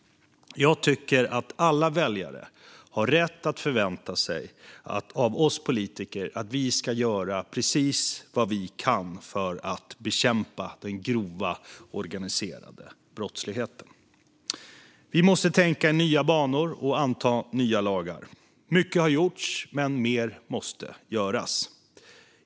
Jag tycker att alla väljare har rätt att förvänta sig av oss politiker att vi ska göra precis allt vi kan för att bekämpa den grova organiserade brottsligheten. Vi måste tänka i nya banor och anta nya lagar. Mycket har gjorts, men mer måste göras.